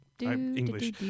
English